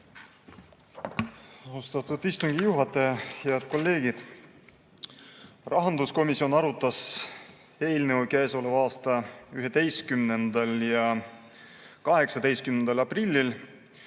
Austatud istungi juhataja! Head kolleegid! Rahanduskomisjon arutas eelnõu käesoleva aasta 11. ja 18. aprillil.